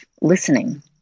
listening